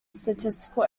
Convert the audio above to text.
statistical